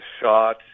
shot